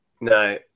No